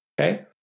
okay